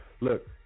look